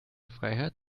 freiheit